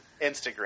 Instagram